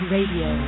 Radio